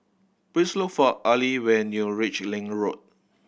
please look for Arley when you reach Link Road